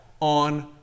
on